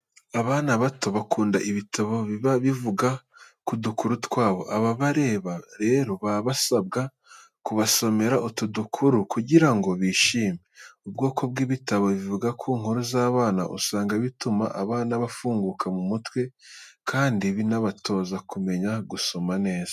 Abana bato bakunda ibitabo biba bivuga ku dukuru twabo. Ababarera rero baba basabwa kubasomera utu dukuru kugira ngo bishime. Ubwoko bw'ibitabo bivuga ku nkuru z'abana usanga bituma abana bafunguka mu mutwe, kandi binabatoza kumenya gusoma neza.